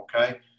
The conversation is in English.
okay